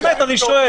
באמת אני שואל.